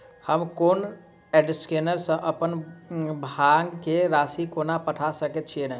हम code scanner सँ अप्पन भाय केँ राशि कोना पठा सकैत छियैन?